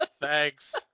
Thanks